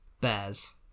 Bears